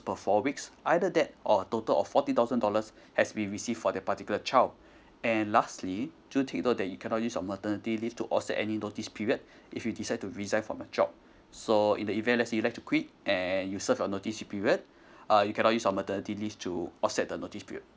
per four weeks either that or a total of forty thousand dollars has been received for that particular child and lastly do take note that you cannot use your maternity leave to offset any notice period if you decide to resign from a job so in the event lets say you would like to quit and you serve a notice period uh you cannot your maternity leave to offset the notice period